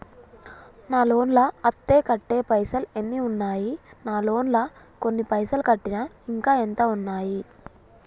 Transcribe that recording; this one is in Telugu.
నా లోన్ లా అత్తే కట్టే పైసల్ ఎన్ని ఉన్నాయి నా లోన్ లా కొన్ని పైసల్ కట్టిన ఇంకా ఎంత ఉన్నాయి?